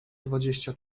dwadzieścia